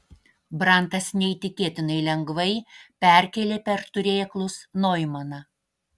brantas neįtikėtinai lengvai perkėlė per turėklus noimaną